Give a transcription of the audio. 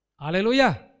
Hallelujah